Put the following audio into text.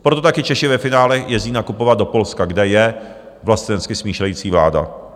Proto také Češi ve finále jezdí nakupovat do Polska, kde je vlastenecky smýšlející vláda.